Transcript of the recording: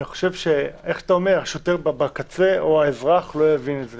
אני חושב שהשוטר בקצה או האזרח לא יבינו את זה.